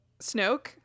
Snoke